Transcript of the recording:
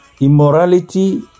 immorality